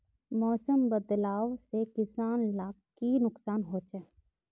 मौसम बदलाव से किसान लाक की नुकसान होचे?